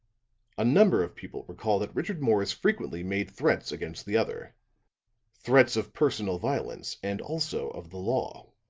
a number of people recall that richard morris frequently made threats against the other threats of personal violence and also of the law.